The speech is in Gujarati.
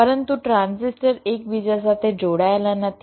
પરંતુ ટ્રાન્ઝિસ્ટર એકબીજા સાથે જોડાયેલા નથી